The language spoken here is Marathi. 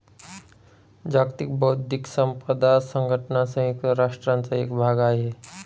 जागतिक बौद्धिक संपदा संघटना संयुक्त राष्ट्रांचा एक भाग आहे